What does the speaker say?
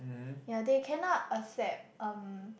ya they can not accept um